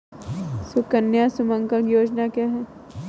सुकन्या सुमंगला योजना क्या है?